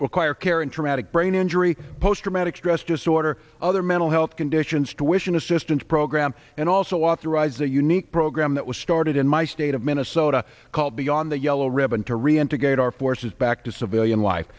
require care in traumatic brain injury post traumatic stress disorder other mental health conditions to wish an assistance program and also authorized the unique program that was started in my state of minnesota called beyond the yellow ribbon to reintegrate our forces back to civilian life